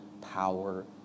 power